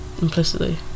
implicitly